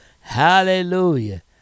Hallelujah